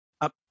up